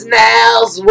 nails